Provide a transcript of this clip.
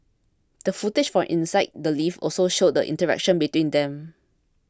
the footage from inside the lift also showed the interaction between them